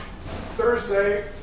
Thursday